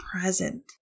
present